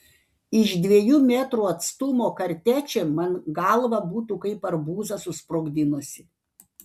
iš dviejų metrų atstumo kartečė man galvą būtų kaip arbūzą susprogdinusi